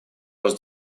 was